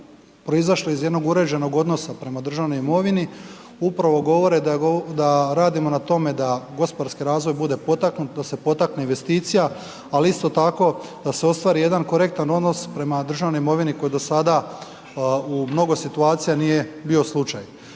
proizašle iz jednog uređenog odnosa prema državnoj imovini, upravo govore da radimo na tome da gospodarski razvoj bude potaknut, da se potakne investicija, ali isto tako da se ostvari jedan korektan odnos prema državnoj imovini koji do sada u mnogo situacija nije bio slučaj.